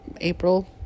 April